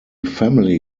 family